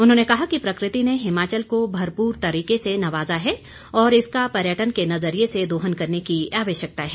उन्होंने कहा कि प्रकृति ने हिमाचल को भरपूर तरीके से नवाजा है और इसका पर्यटन के नजरिए से दोहन करने की आवश्यकता है